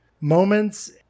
moments